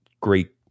great